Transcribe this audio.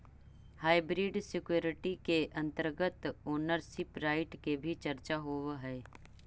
hybrid security के अंतर्गत ownership right के भी चर्चा होवऽ हइ